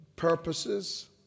Purposes